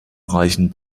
reichen